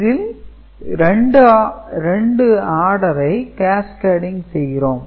இதில் 2 ஆடரை Cascading செய்கிறோம்